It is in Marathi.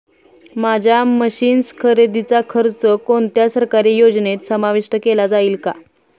माझ्या मशीन्स खरेदीचा खर्च कोणत्या सरकारी योजनेत समाविष्ट केला जाईल का?